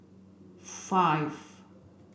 five